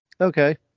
okay